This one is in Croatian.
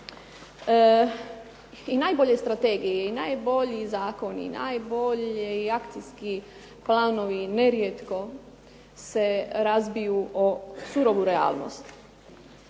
i najbolje strategije i najbolji zakoni i najbolji akcijski planovi nerijetko se razbiju o surovu realnost